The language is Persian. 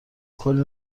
کلی